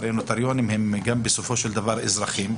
הרי נוטריונים בסופו של דבר הם גם אזרחים,